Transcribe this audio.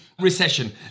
recession